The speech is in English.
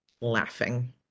laughing